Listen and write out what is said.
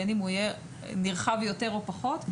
בין אם הוא יהיה נרחב או פחות נרחב,